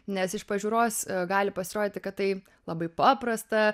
nes iš pažiūros gali pasirodyti kad tai labai paprasta